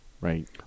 Right